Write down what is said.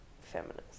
feminist